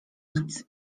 nic